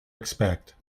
expect